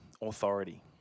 authority